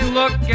look